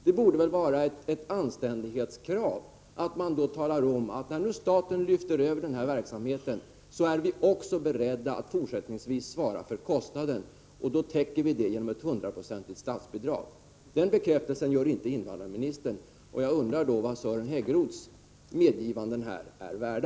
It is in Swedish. Det borde väl vara ett anständighetskrav att man då talar om att när nu staten lyfter över denna verksamhet är staten också beredd att fortsättningsvis svara för kostnaderna genom ett hundraprocentigt statsbidrag. Den bekräftelsen ger inte invandrarministern, och då undrar jag vad Sören Häggroths medgivanden är värda.